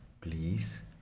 Please